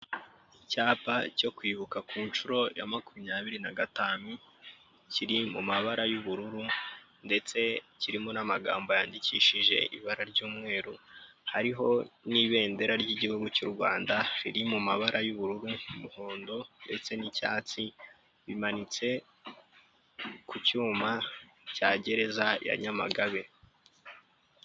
Icyapa cyo kwibuka ku nshuro ya makumyabiri n'agatanu kiri mu mabara y'ubururu ndetse kirimo n'amagambo yandikishije ibara ry'umweru, hariho n'ibendera ry'igihugu cy'u Rwanda riri mu mabara y'ubururu, n'umuhondo, ndetse n'icyatsi, bimanitse ku cyuma cya gereza ya Nyamagabe.